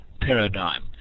paradigm